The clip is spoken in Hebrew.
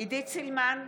עידית סילמן,